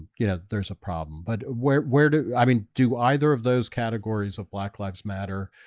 you know, there's a problem. but where where do i mean do either of those categories of black lives matter?